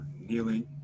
kneeling